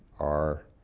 our